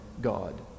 God